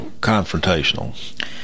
confrontational